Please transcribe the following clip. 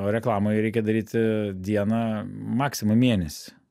o reklamoj reikia daryti dieną maksimum mėnesį